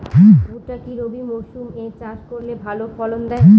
ভুট্টা কি রবি মরসুম এ চাষ করলে ভালো ফলন দেয়?